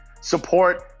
support